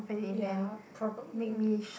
ya probably